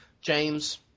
james